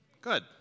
Good